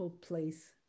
place